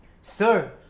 Sir